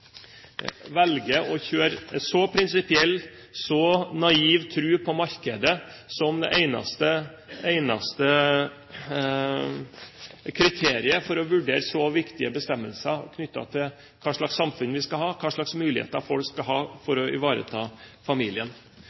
velger å kjøre en så prinsipiell, så naiv tro på markedet som det eneste kriteriet for å vurdere så viktige bestemmelser knyttet til hva slags samfunn vi skal ha, hva slags muligheter folk skal ha for å ivareta familien.